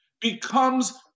becomes